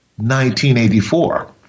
1984